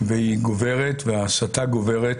והיא גוברת וההסתה גוברת.